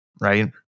right